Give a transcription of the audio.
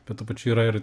bet tuo pačiu yra ir